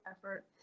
effort